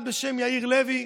אחד בשם יאיר לוי,